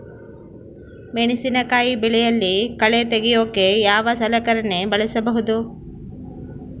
ಮೆಣಸಿನಕಾಯಿ ಬೆಳೆಯಲ್ಲಿ ಕಳೆ ತೆಗಿಯೋಕೆ ಯಾವ ಸಲಕರಣೆ ಬಳಸಬಹುದು?